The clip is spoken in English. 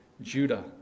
Judah